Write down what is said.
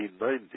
1990